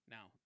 Now